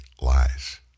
lies